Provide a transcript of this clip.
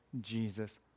Jesus